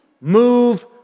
move